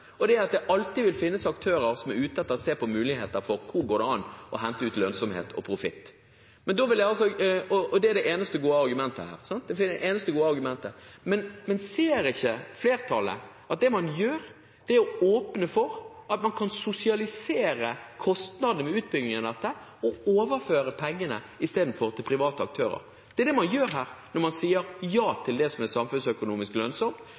og det er at det alltid vil finnes aktører som er ute etter å se på muligheter for hvor det går an å hente ut lønnsomhet og profitt. Det er det eneste gode argumentet. Men ser ikke flertallet at det man gjør, er å åpne for at man kan sosialisere kostnadene ved utbygging av nettet og overføre pengene istedenfor til private aktører? Det er det man gjør her, når man sier ja til det som er samfunnsøkonomisk lønnsomt.